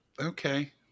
okay